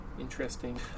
interesting